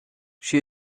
she